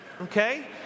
okay